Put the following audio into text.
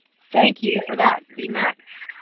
thank you for that, v. mac.